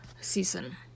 season